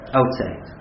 outside